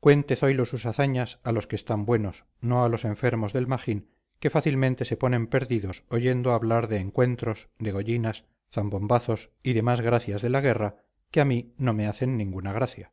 cuente zoilo sus hazañas a los que están buenos no a los enfermos del magín que fácilmente se ponen perdidos oyendo hablar de encuentros degollinas zambombazos y demás gracias de la guerra que a mí no me hacen ninguna gracia